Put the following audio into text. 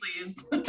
please